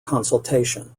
consultation